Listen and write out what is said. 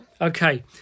Okay